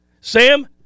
Sam